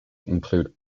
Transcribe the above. include